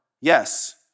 Yes